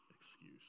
excuse